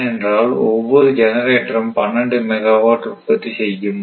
ஏனென்றால் ஒவ்வொரு ஜெனரேட்டரும் 12 மெகாவாட் உற்பத்தி செய்யும்